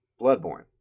Bloodborne